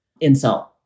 insult